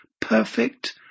perfect